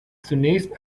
zunächst